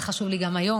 זה חשוב לי גם היום.